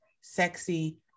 sexy